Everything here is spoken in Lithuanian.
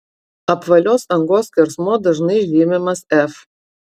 apvalios angos skersmuo dažnai žymimas f